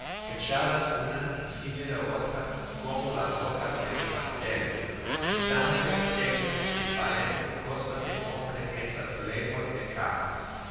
echadas una encima de otra como las hojas de un pastel y tan perfectas que parecen cosa de hombre esas leguas de capas